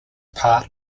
part